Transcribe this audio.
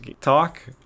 talk